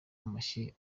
amashyi